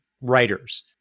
writers